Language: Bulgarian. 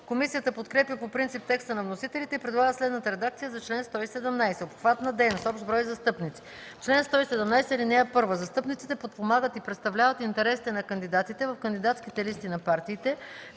Комисията подкрепя по принцип текста на вносителите и предлага следната редакция на чл. 117: „Обхват на дейност. Общ брой застъпници Чл. 117. (1) Застъпниците подпомагат и представляват интересите на кандидатите в кандидатските листи на партиите,